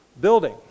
building